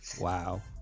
Wow